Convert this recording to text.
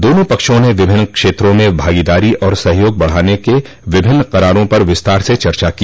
दोनों पक्षों ने विभिन्न क्षेत्रों में भागीदारी और सहयोग बढ़ाने के विभिन्न करारों पर विस्तार से चर्चा की